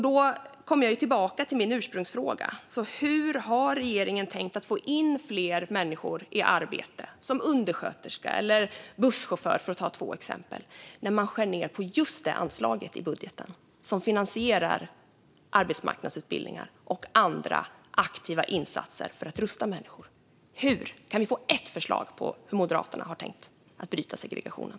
Då kommer jag tillbaka till min utgångsfråga: Hur har regeringen tänkt att få in fler människor i arbete som undersköterska eller busschaufför, för att ta två exempel, när man skär ned på just det anslag i budgeten som finansierar arbetsmarknadsutbildningar och andra aktiva insatser för att rusta människor - hur? Kan vi få något enda förslag på hur Moderaterna har tänkt bryta segregationen?